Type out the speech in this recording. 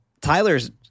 Tyler's